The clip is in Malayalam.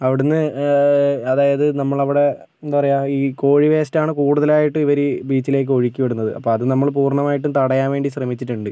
അവിടുന്ന് അതായത് നമ്മളവിടെ എന്താ പറയുക ഈ കോഴി വേസ്റ്റാണ് കൂടുതലായിട്ട് ഇവര് ഈ ബീച്ചിലേക്ക് ഒഴുക്കിവിടുന്നത് അപ്പോൾ അത് നമ്മള് പൂർണ്ണമായിട്ടും തടയാൻ വേണ്ടി ശ്രമിച്ചിട്ടുണ്ട്